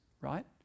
right